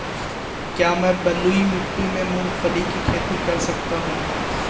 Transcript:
क्या मैं बलुई मिट्टी में मूंगफली की खेती कर सकता हूँ?